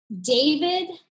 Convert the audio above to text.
David